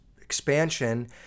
expansion